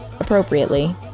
Appropriately